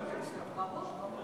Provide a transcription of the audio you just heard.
כבוד